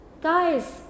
guys